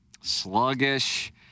sluggish